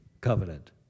covenant